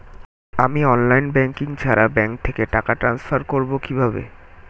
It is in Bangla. আমি অনলাইন ব্যাংকিং ছাড়া ব্যাংক থেকে টাকা ট্রান্সফার করবো কিভাবে?